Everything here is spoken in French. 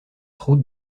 route